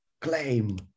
Claim